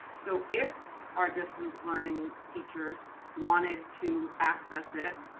so if our distance learning teachers wanted to access it,